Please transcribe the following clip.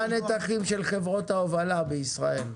מה הנתחים של חברות ההובלה בישראל?